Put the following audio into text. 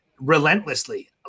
relentlessly